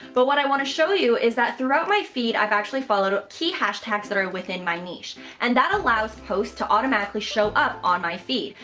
but what i want to show you is that throughout my feed i've actually followed up key hashtags that are within my niche. and that allows posts to automatically show up on my feed.